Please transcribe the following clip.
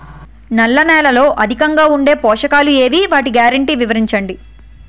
నల్ల నేలలో అధికంగా ఉండే పోషకాలు ఏవి? వాటి గ్యారంటీ వివరించండి?